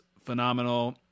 phenomenal